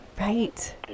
right